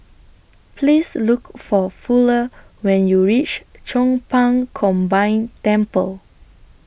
Please Look For Fuller when YOU REACH Chong Pang Combined Temple